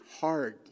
hard